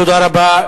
תודה רבה.